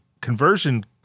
conversion